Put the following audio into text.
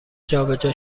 جابجا